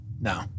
No